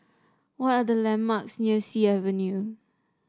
what are the landmarks near Sea Avenue